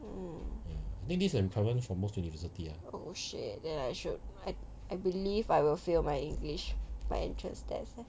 mm oh shit then I should I believe I will fail my english my entrance test